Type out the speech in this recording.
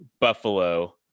Buffalo